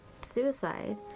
suicide